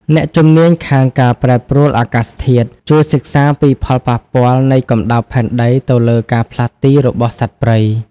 អ្នកជំនាញខាងការប្រែប្រួលអាកាសធាតុ ជួយសិក្សាពីផលប៉ះពាល់នៃកម្ដៅផែនដីទៅលើការផ្លាស់ទីរបស់សត្វព្រៃ។